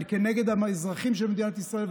וכנגד האזרחים של מדינת ישראל,